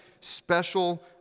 special